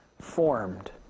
formed